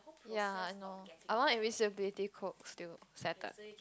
ya I know I want invisibility cloak still settled